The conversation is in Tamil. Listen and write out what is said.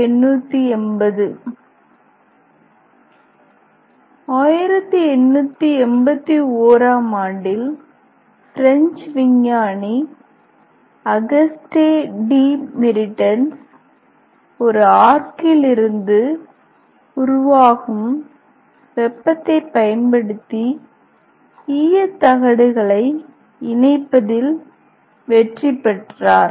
1880 1881 ஆம் ஆண்டில் பிரெஞ்சு விஞ்ஞானி அகஸ்டே டி மெரிடென்ஸ் ஒரு ஆர்க்கில் இருந்து உருவாகும் வெப்பத்தைப் பயன்படுத்தி ஈயத் தகடுகளை இணைப்பதில் வெற்றி பெற்றார்